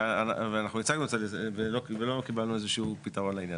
ואנחנו הצגנו את זה ולא קיבלנו איזה שהוא פתרון לעניין.